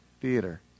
Theater